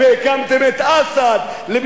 והקמתם את אסד,